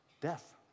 death